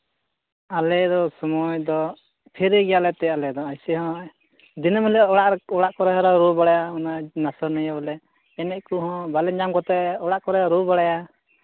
ᱟᱞᱮ ᱫᱚ ᱥᱚᱢᱚᱭ ᱫᱚ ᱯᱷᱨᱤ ᱜᱮᱭᱟᱞᱮ ᱮᱱᱛᱮᱫ ᱟᱞᱮ ᱦᱚᱸ ᱮᱭᱥᱮ ᱦᱚᱸ ᱫᱤᱱᱟᱹᱢ ᱦᱤᱞᱳᱜ ᱚᱲᱟᱜ ᱠᱚᱨᱮ ᱦᱚᱸᱞᱮ ᱨᱩ ᱵᱟᱲᱟᱭᱟ ᱚᱱᱟ ᱱᱟᱪᱚᱱᱤᱭᱟᱹ ᱵᱚᱞᱮ ᱮᱱᱮᱡ ᱠᱚᱦᱚᱸ ᱵᱟᱞᱮ ᱧᱟᱢ ᱠᱚᱛᱮ ᱚᱲᱟᱜ ᱠᱚᱨᱮᱫ ᱞᱮ ᱨᱩ ᱵᱟᱲᱟᱭᱟ